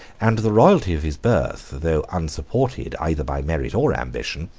and the royalty of his birth, though unsupported either by merit or ambition,